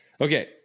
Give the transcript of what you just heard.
Okay